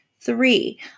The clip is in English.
Three